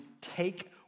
take